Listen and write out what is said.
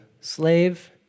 slave